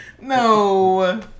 No